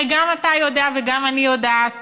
הרי גם אתה יודע וגם אני יודעת